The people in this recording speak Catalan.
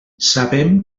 sabem